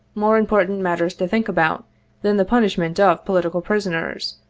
more important matters to think about than the punishment of political prisoners,